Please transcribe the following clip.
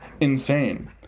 insane